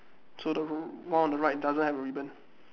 so the one on the right doesn't have ribbon